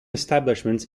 establishments